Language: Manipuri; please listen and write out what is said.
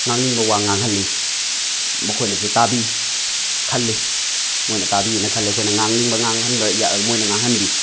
ꯉꯥꯡꯅꯤꯡꯕ ꯋꯥ ꯉꯥꯡꯍꯜꯂꯤ ꯃꯈꯣꯏꯅꯁꯨ ꯇꯥꯕꯤ ꯈꯜꯂꯤ ꯃꯣꯏꯅ ꯇꯥꯕꯤ ꯑꯅ ꯈꯜꯂꯤ ꯑꯩꯈꯣꯏꯅ ꯉꯥꯡꯅꯤꯡꯕ ꯉꯥꯡꯍꯟꯕ ꯌꯥ ꯃꯣꯏꯅ ꯉꯥꯡꯍꯟꯕꯤ